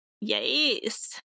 Yes